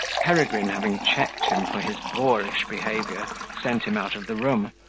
peregrine, having checked him for his boorish behaviour, sent him out of the room,